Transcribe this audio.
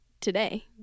today